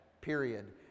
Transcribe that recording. Period